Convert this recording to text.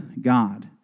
God